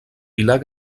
pilar